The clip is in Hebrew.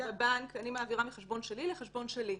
בבנק אני מעבירה מחשבון שלי לחשבון שלי.